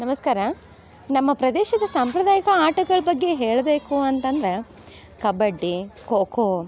ನಮಸ್ಕಾರ ನಮ್ಮ ಪ್ರದೇಶದ ಸಾಂಪ್ರದಾಯಿಕ ಆಟಗಳ ಬಗ್ಗೆ ಹೇಳಬೇಕು ಅಂತಂದರೆ ಕಬಡ್ಡಿ ಖೊ ಖೋ